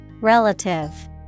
Relative